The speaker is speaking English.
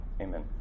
amen